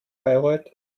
bayreuth